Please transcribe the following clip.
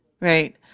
right